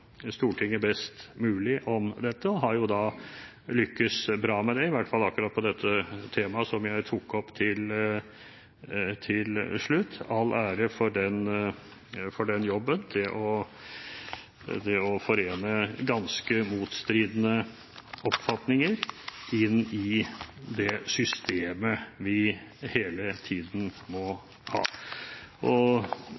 Stortinget best mulig om dette og har jo lyktes bra med det, i hvert fall med akkurat dette temaet som jeg tok opp til slutt. All ære for den jobben, det å forene ganske motstridende oppfatninger inn i det systemet vi hele tiden må ha.